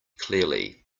clearly